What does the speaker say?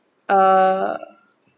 uh